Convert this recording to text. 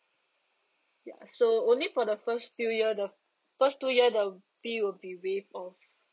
ya so only for the first few year the first two year the bill will be waive off